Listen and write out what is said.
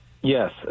Yes